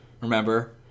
Remember